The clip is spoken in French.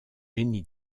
jenny